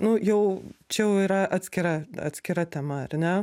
nu jau čia jau yra atskira atskira tema ar ne